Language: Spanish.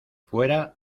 fuera